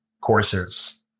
courses